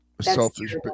selfish